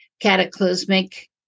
cataclysmic